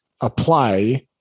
apply